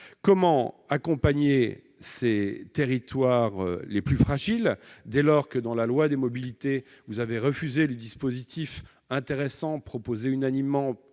comment accompagner les territoires les plus fragiles, dès lors que, dans le projet de loi Mobilités, vous avez refusé les dispositifs proposés unanimement